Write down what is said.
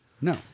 No